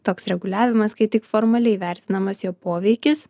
toks reguliavimas kai tik formaliai vertinamas jo poveikis